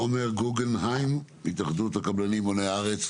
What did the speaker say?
עומר גוגנהיים, התאחדות הקבלנים בוני הארץ.